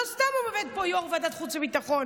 לא סתם עומד פה יו"ר ועדת חוץ וביטחון